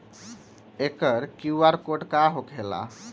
एकर QR code का होकेला?